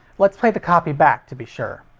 let's play the copy back to be sure.